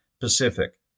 Pacific